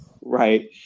right